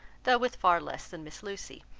though with far less than miss lucy.